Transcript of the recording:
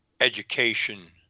education